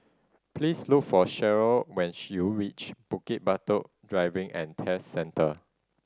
please look for Sheryl when you reach Bukit Batok Driving and Test Centre